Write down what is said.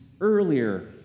earlier